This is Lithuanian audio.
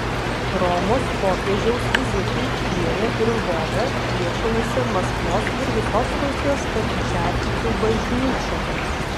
romos popiežiaus vizitui kijeve ir lvove priešinasi maskvos ir visos rusijos stačiatikių bažnyčia